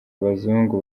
abazungu